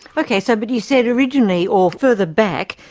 ok, so but you said originally or further back,